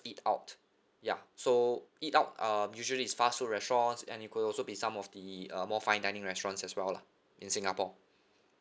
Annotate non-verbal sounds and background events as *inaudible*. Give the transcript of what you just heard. eat out ya so eat out um usually it's fast food restaurants and it could also be some of the uh more fine dining restaurants as well lah in singapore *breath*